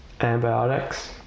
antibiotics